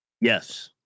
Yes